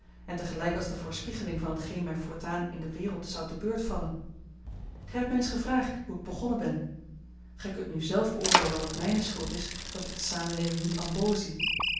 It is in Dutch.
en tegelijk als de voorspiegeling van t geen mij voortaan in de wereld zou te beurt vallen gij hebt mij eens gevraagd hoe ik begonnen ben gij kunt nu zelf beoordeelen of het mijne schuld is dat ik de samenleving niet